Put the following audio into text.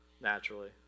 naturally